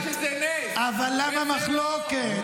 אבל למה מחלוקת?